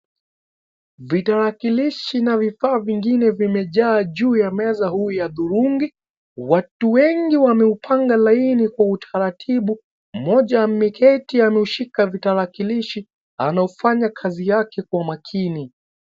Vitarakilishi na vifaa vingine vimejaa juu ya meza huu ya hudhurungi, watu wengi wameupanga laini kwa utaratibu mmoja ameketi ameushika vitarakilishi anaufanya kazi yake kwa makini.